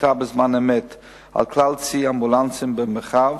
ושליטה בזמן אמת על כלל צי האמבולנסים במרחב